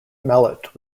mallet